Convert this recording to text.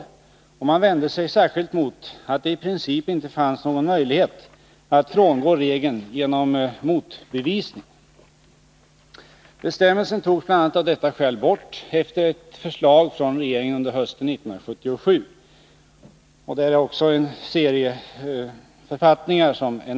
Man vände sig särskilt mot att det i princip inte fanns någon möjlighet att frångå regeln genom motbevisning. Bestämmelsen togs bl.a. av detta skäl bort efter ett förslag från regeringen under hösten 1977 .